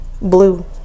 Blue